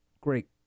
great